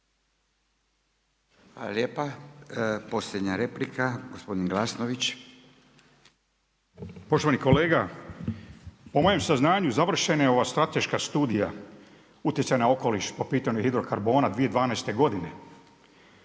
**Glasnović, Željko (Nezavisni)** Poštovani kolega, po mojem saznanju, završena je ova strateška studija utjecaja na okoliš po pitanju hidrokarbona 2012. godine.